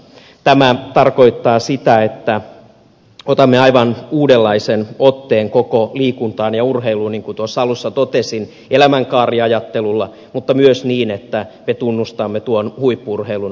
tämä tarkoittaa sitä että otamme aivan uudenlaisen otteen koko liikuntaan ja urheiluun niin kuin tuossa alussa totesin elämänkaariajattelulla mutta myös niin että me tunnustamme tuon huippu urheilun merkityksen